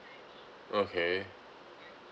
okay